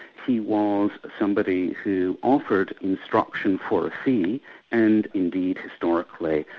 he was somebody who offered instruction for a fee and indeed historically,